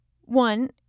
One